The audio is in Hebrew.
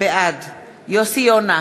בעד יוסי יונה,